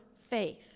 faith